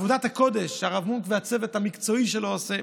עבודת הקודש שהרב מונק והצוות המקצועי שלו עושה.